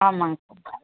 ஆமாங்க சார்